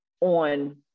on